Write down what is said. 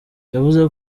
yavuze